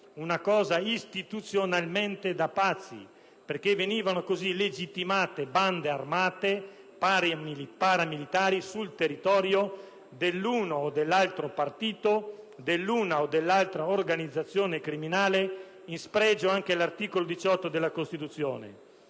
Una cosa istituzionalmente da pazzi, perché venivano così legittimate bande armate paramilitari sul territorio, dell'uno o dell'altro partito, dell'una o dell'altra organizzazione criminale, in spregio anche all'articolo 18 della Costituzione.